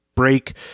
break